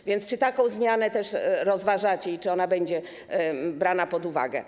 A więc czy taką zmianę też rozważacie i czy ona będzie brana pod uwagę?